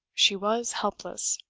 she was helpless.